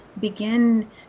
begin